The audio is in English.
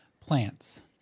plants